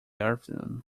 afternoon